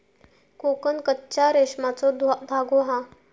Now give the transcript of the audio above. कोकन कच्च्या रेशमाचो धागो हा